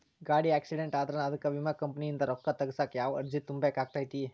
ಗಾಡಿ ಆಕ್ಸಿಡೆಂಟ್ ಆದ್ರ ಅದಕ ವಿಮಾ ಕಂಪನಿಯಿಂದ್ ರೊಕ್ಕಾ ತಗಸಾಕ್ ಯಾವ ಅರ್ಜಿ ತುಂಬೇಕ ಆಗತೈತಿ?